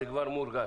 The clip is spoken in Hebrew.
זה כבר מורגש.